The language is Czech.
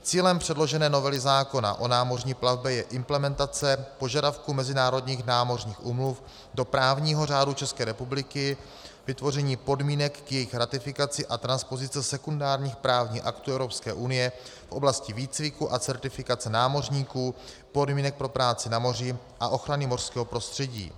Cílem předložené novely zákona o námořní plavbě je implementace požadavků mezinárodních námořních úmluv do právního řádu České republiky k vytvoření podmínek k jejich ratifikaci a transpozice sekundárních právních aktů Evropské unie v oblasti výcviku a certifikace námořníků, podmínek pro práci na moři a ochrany mořského prostředí.